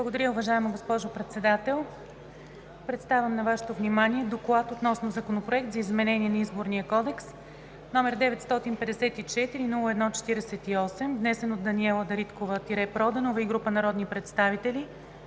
Благодаря, уважаема госпожо Председател. Представям на Вашето внимание „Доклад относно Законопроект за изменение на Изборния кодекс, № 954-01-48, внесен от Даниела Дариткова-Проданова и група народни представители